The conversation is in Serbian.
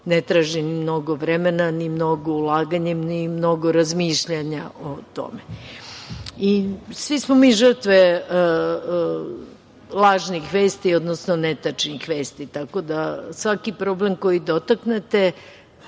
ne traži mnogo vremena, ni mnogo ulaganja, ni mnogo razmišljanja o tome. Svi smo mi žrtve lažnih vesti, odnosno netačnih, tako da svaki problem koji dotaknete